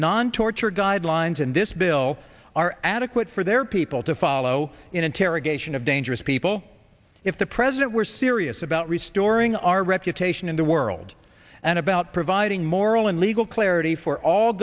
non torture guidelines in this bill are adequate for their people to follow in interrogation of dangerous people if the president were serious about restoring our reputation in the world and about providing moral and legal clarity for all